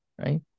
right